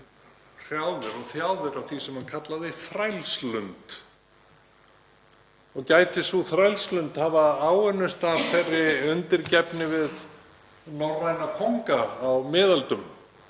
hrjáðir og þjáðir af því sem hann kallaði þrælslund og gæti sú þrælslund hafa áunnist af þeirri undirgefni við norræna kónga á miðöldum